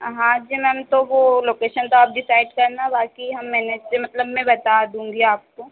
आ हाँ जी मैम तो वह लोकेशन तो अब डिसाइड करना बाकी हाँ मैनेज से मतलब मैं बता दूंगी आपको